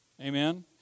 Amen